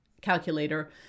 calculator